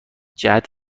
جهت